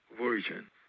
Version